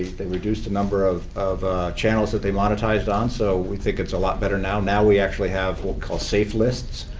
they reduced the number of of channels that they monetized on. so we think it's a lot better now. now we actually have what we call safe lists,